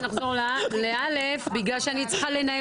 אני צריכה שנחזור ל-א' בגלל שאני צריכה ללכת לנהל